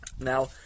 Now